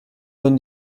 non